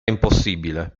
impossibile